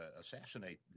assassinate